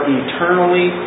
eternally